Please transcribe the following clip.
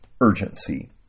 urgency